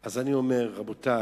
רבותי,